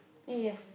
eh yes